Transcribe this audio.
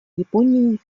японией